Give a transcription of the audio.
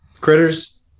Critters